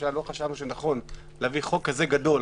שנכון להביא חוק כזכה גדול,